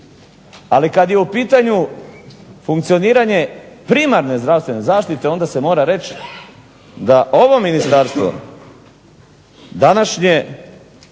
Ali kad je u pitanju funkcioniranje primarne zdravstvene zaštite, onda se mora reći da ovo ministarstvo današnje